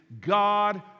God